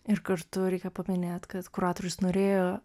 ir kartu reikia paminėt kad kuratorius norėjo